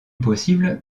possible